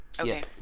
Okay